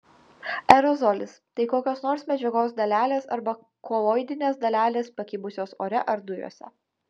aerozolis tai kokios nors medžiagos dalelės arba koloidinės dalelės pakibusios ore ar dujose